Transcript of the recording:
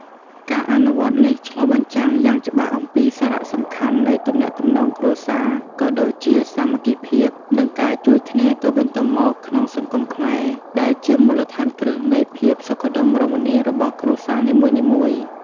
ការអនុវត្តន៍នេះឆ្លុះបញ្ចាំងយ៉ាងច្បាស់អំពីសារៈសំខាន់នៃទំនាក់ទំនងគ្រួសារ ក៏ដូចជាសាមគ្គីភាព និងការជួយគ្នាទៅវិញទៅមកក្នុងសង្គមខ្មែរ ដែលជាមូលដ្ឋានគ្រឹះនៃភាពសុខដុមរមនារបស់គ្រួសារនីមួយៗ។